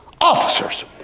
officers